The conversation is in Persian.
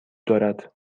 دارد